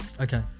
Okay